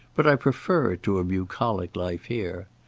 but i prefer it to a bucolic life here.